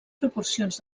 proporcions